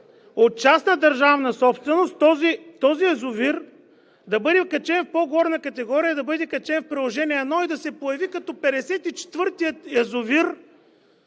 от частна държавна собственост този язовир да бъде качен в по-горна категория, да бъде качен в Приложение 1 и да се появи като петдесет и